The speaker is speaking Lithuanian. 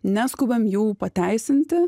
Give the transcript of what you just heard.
neskubam jų pateisinti